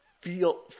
feel